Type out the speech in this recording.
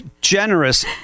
generous